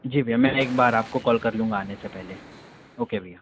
जी भैया मैं एकबार आपको कॉल कर लूँगा आने से पहले ओके भैया